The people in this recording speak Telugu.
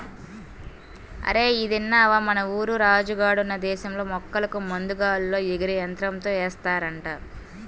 అరేయ్ ఇదిన్నవా, మన ఊరు రాజు గాడున్న దేశంలో మొక్కలకు మందు గాల్లో ఎగిరే యంత్రంతో ఏస్తారంట